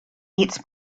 eats